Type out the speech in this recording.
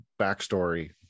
backstory